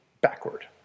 backward